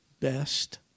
best